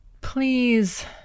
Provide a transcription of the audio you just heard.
Please